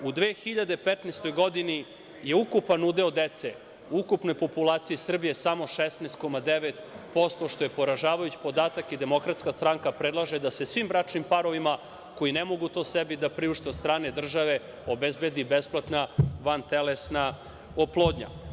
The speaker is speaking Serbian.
U 2015. godini je ukupan udeo dece, u ukupnoj populaciji Srbije, samo 16,9% što je poražavajući podatak i DS predlaže da se svim bračnim parovima koji ne mogu to sebi da priušte, od strane države obezbedi besplatna vantelesna oplodnja.